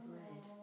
red